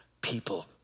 people